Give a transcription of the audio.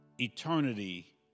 eternity